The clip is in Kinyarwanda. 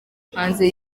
hanze